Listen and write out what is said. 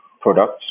products